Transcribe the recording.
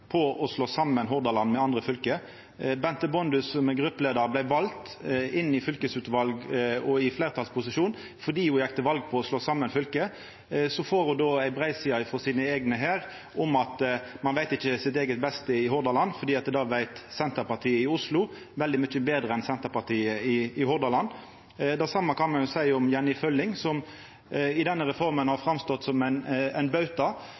på å slå saman Hordaland med andre fylke. Benthe Bondhus, som er gruppeleiar, vart vald inn i fylkesutval og i fleirtalsposisjon fordi ho gjekk til val på å slå saman fylke. Så får ho ei breiside frå sine eigne her om at ein ikkje veit sitt eige beste i Hordaland, for det veit Senterpartiet i Oslo veldig mykje betre enn Senterpartiet i Hordaland. Det same kan me seia om Jenny Følling, som i denne reforma har stått fram som ein bauta.